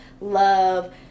love